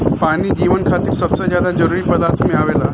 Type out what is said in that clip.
पानी जीवन खातिर सबसे ज्यादा जरूरी पदार्थ में आवेला